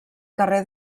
carrer